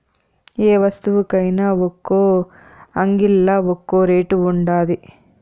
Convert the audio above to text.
యే వస్తువుకైన ఒక్కో అంగిల్లా ఒక్కో రేటు ఉండాది